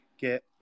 get